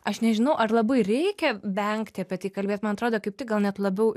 aš nežinau ar labai reikia vengti apie tai kalbėt man atrodo kaip tik gal net labiau